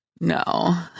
no